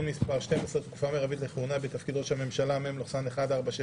מס' 12) (תקופה מרבית לכהונה בתפקיד ראש הממשלה) (מ/1469),